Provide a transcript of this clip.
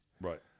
Right